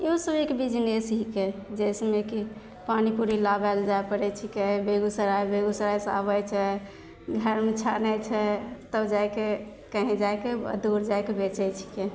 इहोसब एक बिजनेस हिकै जेकि ने कि पानीपूड़ी लाबैले जाइ पड़ै छिकै बेगूसराय बेगूसरायसे आबै छै घरमे छानै छै तब जाइके कहीँ जाइके दूर जाइके बेचै छिकै